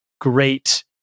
great